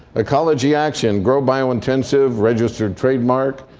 ecology action, grow biointensive, registered trademark,